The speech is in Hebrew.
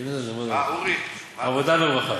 עבודה ורווחה.